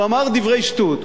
הוא אמר דברי שטות,